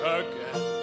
again